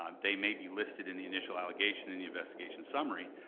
um they may be listed in the initial allegation in the investigation summary,